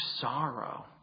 sorrow